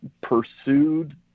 pursued